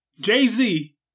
Jay-Z